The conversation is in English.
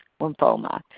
lymphoma